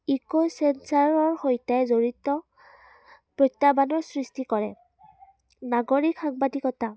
ইক'চেঞ্চাৰৰ সৈতে জড়িত প্ৰত্যাহ্বানৰ সৃষ্টি কৰে নাগৰিক সাংবাদিকতা